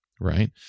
right